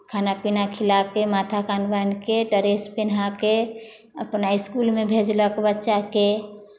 खाना पीना खिला कऽ माथा कान बान्हि कऽ डरेस पेन्हा कऽ अपना इसकुलमे भेजलक बच्चाकेँ